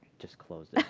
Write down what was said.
just closed it.